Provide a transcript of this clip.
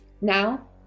Now